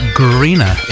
greener